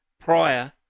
prior